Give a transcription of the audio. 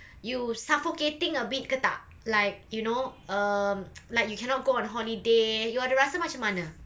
you suffocating a bit ke tak like you know um like you cannot go on holiday you ada rasa macam mana